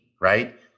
Right